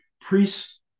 priests